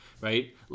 right